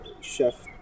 Chef